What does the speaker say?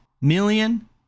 million